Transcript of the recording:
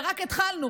ורק התחלנו,